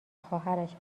خواهرش